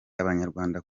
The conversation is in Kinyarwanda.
abanyarwanda